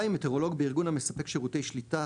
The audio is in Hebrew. מטאורולוג בארגון המספק שירותי שליטה